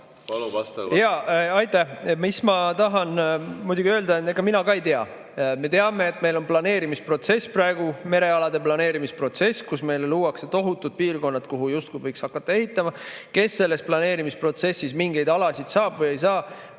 Palun, vastaja! Aitäh! Ma tahan muidugi öelda, et ega mina ka ei tea. Me teame, et meil on praegu käimas merealade planeerimisprotsess, kus meile luuakse tohutud piirkonnad, kuhu justkui võiks hakata ehitama. Kes selles planeerimisprotsessis mingeid alasid saab või ei saa,